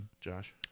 josh